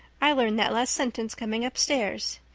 i learned that last sentence coming upstairs.